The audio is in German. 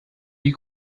die